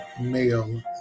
male